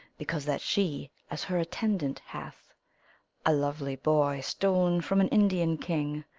because that she as her attendant hath a lovely boy, stolen from an indian king.